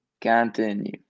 continue